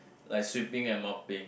like sweeping and mopping